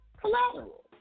Collateral